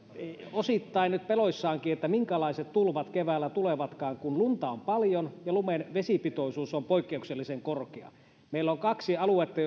osittain peloissaankin että minkälaiset tulvat keväällä tulevatkaan kun lunta on paljon ja lumen vesipitoisuus on poikkeuksellisen korkea meillä on kaksi aluetta